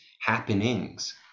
happenings